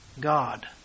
God